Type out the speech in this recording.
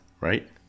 right